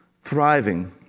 thriving